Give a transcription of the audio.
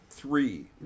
Three